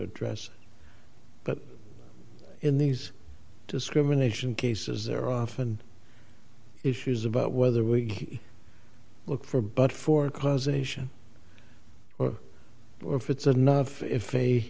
address but in these discrimination cases there are often issues about whether we look for but for causation or if it's enough if a